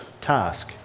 task